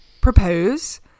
propose